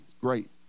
Great